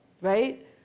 right